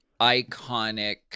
Iconic